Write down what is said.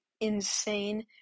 insane